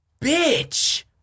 bitch